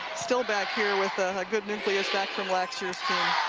still back here with ah a good nucleus back from last year.